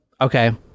Okay